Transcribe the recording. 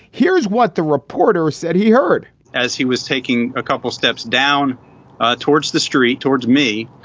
here's what the reporter said he heard as he was taking a couple steps down towards the street towards me